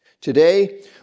Today